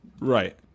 Right